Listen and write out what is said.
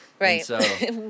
Right